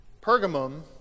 Pergamum